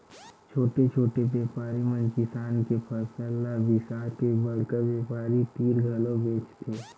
छोटे छोटे बेपारी मन किसान के फसल ल बिसाके बड़का बेपारी तीर घलोक बेचथे